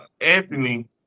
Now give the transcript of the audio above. Anthony